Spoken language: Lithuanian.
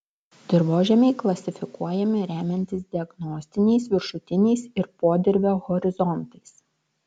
dirvožemiai klasifikuojami remiantis diagnostiniais viršutiniais ir podirvio horizontais